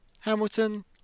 Hamilton